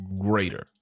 greater